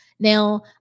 Now